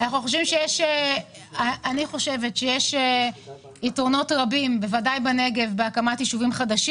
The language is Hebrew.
אני חושבת שיש יתרונות רבים בהקמת יישובים בנגב.